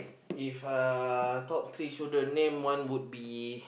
if uh top three children name one would be